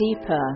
deeper